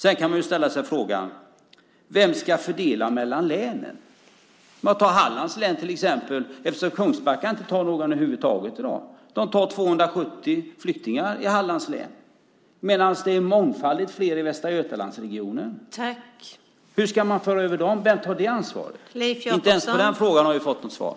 Sedan kan man ställa sig frågan: Vem ska fördela mellan länen? Man kan ta Hallands län som ett exempel. Kungsbacka tar inte emot någon över huvud taget i dag. De tar emot 270 flyktingar i Hallands län, medan det är mångfaldigt fler i Västra Götalandsregionen. Hur ska man föra över dem? Vem tar det ansvaret? Inte ens på den frågan har vi fått något svar.